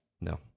no